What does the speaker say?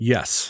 Yes